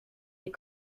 des